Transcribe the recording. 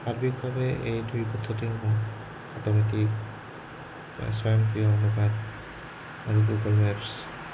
সাৰ্বিকভাৱে এই দুই পদ্ধতিসমূহ অটমেটিক বা স্বয়ংক্ৰিয় অনুবাদ আৰু গুগল মেপছ